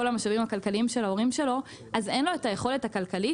המשאבים הכלכליים של ההורים שלו - אז אין לו את היכולת הכלכלית